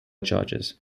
charges